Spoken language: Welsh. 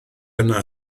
yna